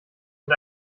und